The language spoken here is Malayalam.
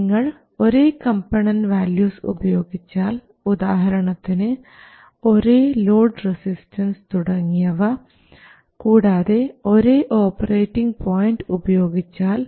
നിങ്ങൾ ഒരേ കമ്പണൻറ് വാല്യൂസ് ഉപയോഗിച്ചാൽ ഉദാഹരണത്തിന് ഒരേ ലോഡ് റസിസ്റ്റൻസ് load résistance തുടങ്ങിയവ കൂടാതെ ഒരേ ഓപ്പറേറ്റിങ് പോയിൻറ് ഉപയോഗിച്ചാൽ